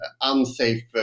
unsafe